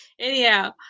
Anyhow